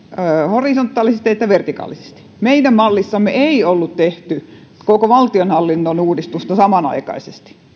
horisontaalisesti että vertikaalisesti meidän mallissamme ei ollut tehty koko valtionhallinnon uudistusta samanaikaisesti